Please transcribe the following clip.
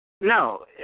No